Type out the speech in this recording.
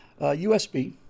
USB